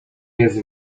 jest